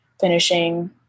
finishing